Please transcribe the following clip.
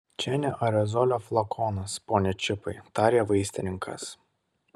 čia ne aerozolio flakonas pone čipai tarė vaistininkas